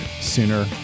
sooner